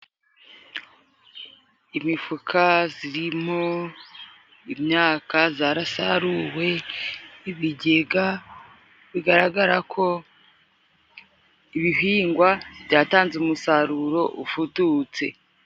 Imifuka zirimo imyaka zarasaruwe ,ibigega bigaragara ko ibihingwa byatanze umusaruro ufututse.